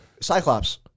Cyclops